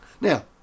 Now